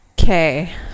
Okay